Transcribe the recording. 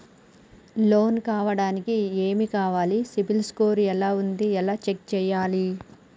Loan కావడానికి ఏమి కావాలి సిబిల్ స్కోర్ ఎలా ఉంది ఎలా చెక్ చేయాలి?